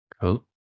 Cool